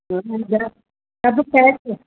सभु पैक